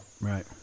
Right